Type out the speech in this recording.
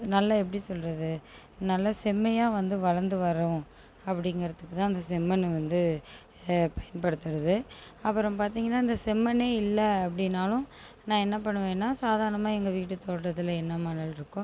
நல்லா எப்படி சொல்கிறது நல்லா செம்மையாக வந்து வளர்ந்து வரும் அப்படிங்குறதுக்கு தான் அந்த செம்மண்ணு வந்து பயன்படுத்துகிறது அப்புறம் பார்த்திங்கன்னா அந்த செம்மண்ணே இல்லை அப்படினாலும் நான் என்ன பண்ணுவேனா சாதாரணமாக எங்கள் வீட்டு தோட்டத்தில் என்ன மணல் இருக்கோ